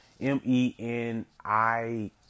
M-E-N-I